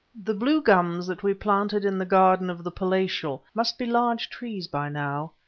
the blue gums that we planted in the garden of the palatial must be large trees by now,